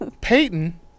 Peyton